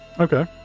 Okay